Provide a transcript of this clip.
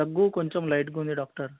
దగ్గు కొంచం లైట్గా ఉంది డాక్టర్